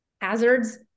hazards